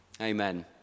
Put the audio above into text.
Amen